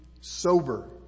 sober